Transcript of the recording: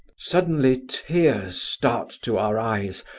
suddenly tears start to our eyes,